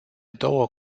două